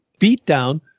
beatdown